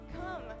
come